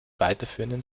weiterführenden